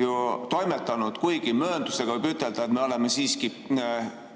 ju toimetanud, kuigi mööndustega võib ütelda, et me oleme siiski